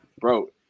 bro